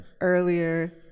earlier